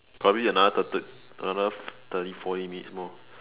probably another thir~ another thirty forty minutes more